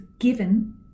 given